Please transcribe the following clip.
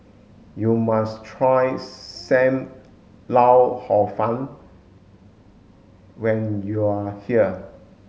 you must try sam lau hor fun when you are here